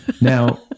Now